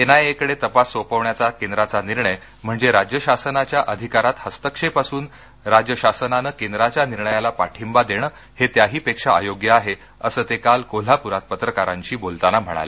NIA कडे तपास सोपवण्याचा केंद्राचा निर्णय म्हणजे राज्य शासनाच्या अधिकारात हस्तक्षेप असून राज्य शासनानं केंद्राच्या निर्णयाला पाठींबा देणं हे त्याहीपेक्षा अयोग्य आहे असं ते काल कोल्हापुरात पत्रकारांशी बोलताना म्हणाले